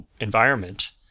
environment